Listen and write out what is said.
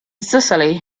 sicily